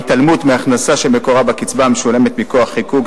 ההתעלמות מהכנסה שמקורה בקצבה המשולמת מכוח חיקוק,